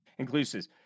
inclusives